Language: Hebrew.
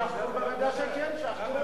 ודאי שכן.